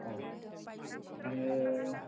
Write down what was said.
औ आङो